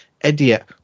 idiot